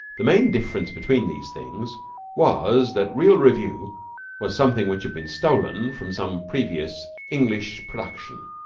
the main difference between these things was that real revue was something which had been stolen from some previous english production,